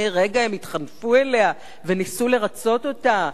רגע התחנפו אליה וניסו לרצות את מוביליה,